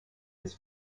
his